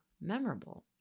memorable